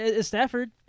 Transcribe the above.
Stafford